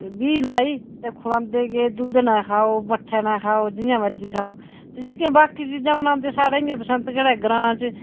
बीह् लाई ते खलांदे गे दुद्ध ने खाओ मट्ठे कन्नै खाओ जियां मरजी खाओ ते जेह्कियां बाकी चीज़ां बनांदे साढ़ै इयां बसंतगढ़ै ग्रांऽ च